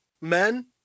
men